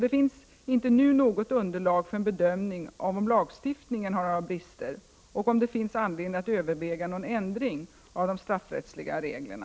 Det finns inte nu något underlag för en bedömning av om lagstiftningen har några brister och om det finns anledning att överväga någon ändring av de straffrättsliga reglerna.